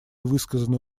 высказаны